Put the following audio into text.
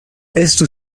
estu